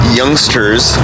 youngsters